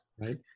right